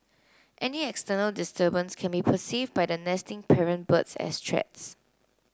any external disturbance can be perceived by the nesting parent birds as threats